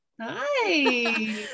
Hi